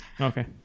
Okay